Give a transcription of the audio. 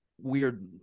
weird